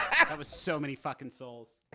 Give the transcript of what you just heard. and that was so many fucking souls.